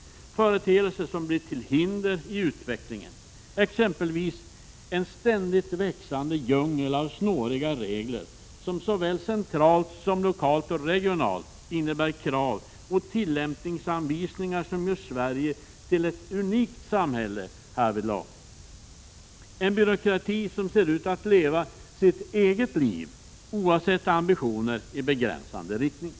Jag tänker på företeelser som blir till hinder i utvecklingen, exempelvis en ständigt växande djungel av snåriga regler, som såväl centralt som lokalt och regionalt innebär krav och tillämpningsanvisningar som gör Sverige till ett unikt samhälle härvidlag. Vi har en byråkrati som ser ut att leva sitt eget liv oavsett ambitioner i begränsande riktning.